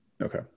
Okay